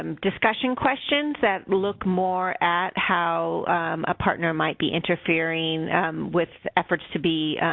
um discussion questions that look more at how a partner might be interfering with efforts to be.